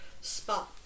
spot